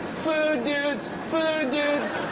food dude, food dude.